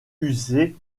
user